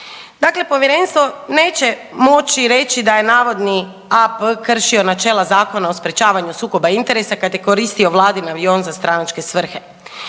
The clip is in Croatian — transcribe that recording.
Dakle, povjerenstvo neće moći reći da je navodni A.P. kršio načela Zakona o sprječavanju sukoba interesa kad je koristio vladin avion za stranačke svrhe.